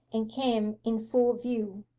and came in full view.